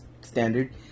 standard